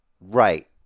Right